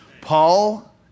Paul